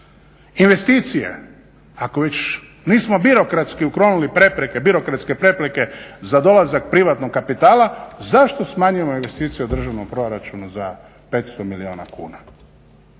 Investicije ako već nismo birokratski uklonili prepreke, birokratske prepreke za dolazak privatnog kapitala, zašto smanjujemo investicije u državnom proračunu za 500 milijuna kuna.